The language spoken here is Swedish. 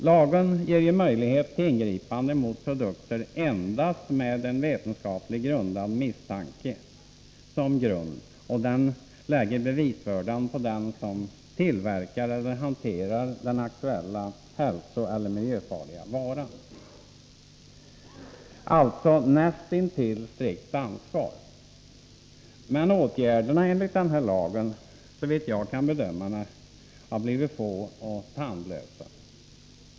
Lagen ger ju möjlighet till ingripande mot produkter endast på vetenskapligt grundad misstanke, och den lägger bevisbördan på den som tillverkar eller hanterar den aktuella miljöeller hälsofarliga varan, alltså näst intill ett strikt ansvar. Men åtgärderna enligt denna lag har — såvitt jag kan bedöma det — blivit få och tandlösa.